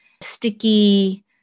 sticky